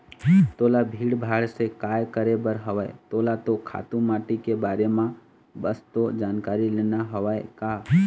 तोला भीड़ भाड़ से काय करे बर हवय तोला तो खातू माटी के बारे म बस तो जानकारी लेना हवय का